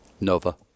Nova